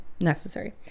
necessary